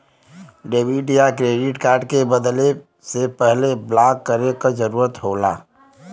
debit या credit card के बदले से पहले ब्लॉक करे क जरुरत होला